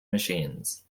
machines